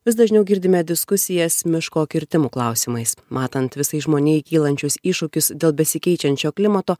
vis dažniau girdime diskusijas miško kirtimų klausimais matant visai žmonijai kylančius iššūkius dėl besikeičiančio klimato